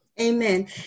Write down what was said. Amen